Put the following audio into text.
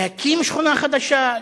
להקים שכונה חדשה,